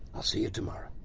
i'll see you tomorrow.